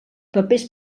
papers